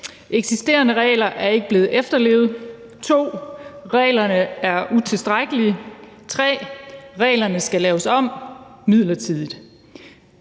eksisterende regler ikke er blevet efterlevet, 2) reglerne er utilstrækkelige, 3) reglerne skal laves om midlertidigt.